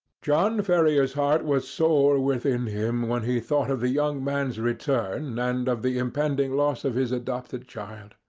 john ferrier's heart was sore within him when he thought of the young man's return, and of the impending loss of his adopted child.